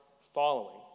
following